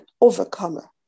overcomer